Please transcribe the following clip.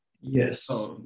Yes